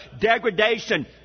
degradation